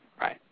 right